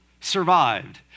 survived